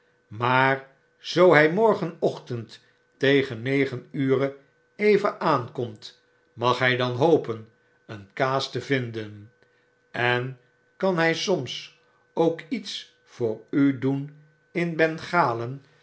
maar zoo hy morgenochtend tegen negen ure even aankomt mag hy dan hopen een kaas te vinden en kan hy soms ook iets voor u doen in bengalen